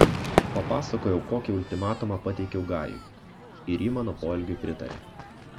papasakojau kokį ultimatumą pateikiau gajui ir ji mano poelgiui pritarė